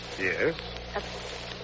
Yes